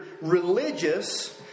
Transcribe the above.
religious